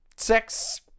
Sex